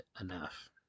enough